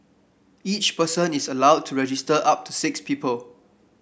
each person is allowed to register up to six people